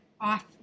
off